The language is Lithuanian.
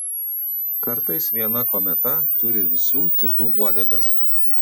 kartais viena kometa turi visų tipų uodegas